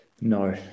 No